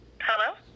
Hello